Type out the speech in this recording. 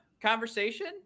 conversation